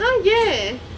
!huh! ஏன்:yen